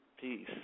Peace